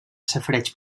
safareig